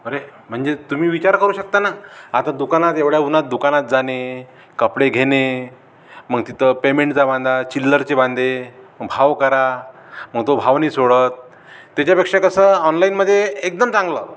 अरे म्हणजे तुम्ही विचार करू शकता ना आता दुकानात एवढ्या उन्हात दुकानात जाणे कपडे घेणे मग तिथं पेमेंटचा वांधा चिल्लरचे वांधे भाव करा मग तो भाव नाही सोडत त्याच्यापेक्षा कसं ऑनलाईनमध्ये एकदम चांगलं